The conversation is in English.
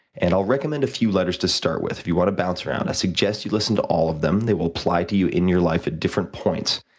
and, i'll recommend a few letters to start with if you want to bounce around. i suggest you listen to all of them. they will apply to you in your life at different points.